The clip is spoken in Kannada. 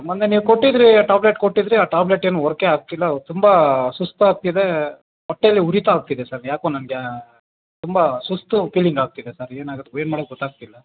ಮೊನ್ನೆ ನೀವು ಕೊಟ್ಟಿದ್ದಿರಿ ಟ್ಯಾಬ್ಲೆಟ್ ಕೊಟ್ಟಿದ್ದಿರಿ ಆ ಟ್ಯಾಬ್ಲೆಟ್ ಏನೂ ವರ್ಕೇ ಆಗ್ತಿಲ್ಲ ತುಂಬ ಸುಸ್ತು ಆಗ್ತಿದೆ ಹೊಟ್ಟೆಯಲ್ಲಿ ಉರಿತ ಆಗ್ತಿದೆ ಸರ್ ಯಾಕೋ ನನಗೆ ತುಂಬ ಸುಸ್ತು ಫೀಲಿಂಗ್ ಆಗ್ತಿದೆ ಸರ್ ಏನು ಆಗತ್ತೆ ಏನು ಮಾಡ್ಬೇಕು ಗೊತ್ತಾಗ್ತಿಲ್ಲ